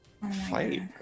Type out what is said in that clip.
Fight